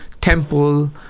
temple